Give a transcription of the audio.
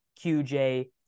QJ